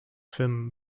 him